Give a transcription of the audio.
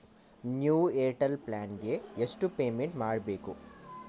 New Airtel plan ಗೆ ಎಷ್ಟು payment ಮಾಡ್ಬೇಕು?